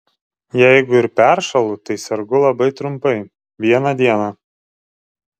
jeigu ir peršąlu tai sergu labai trumpai vieną dieną